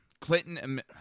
Clinton